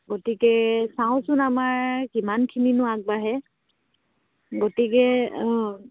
গতিকে চাওঁচোন আমাৰ কিমানখিনি নো আগবাঢ়ে গতিকে অঁ